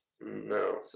no